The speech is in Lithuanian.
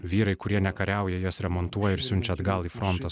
vyrai kurie nekariauja jas remontuoja ir siunčia atgal į frontą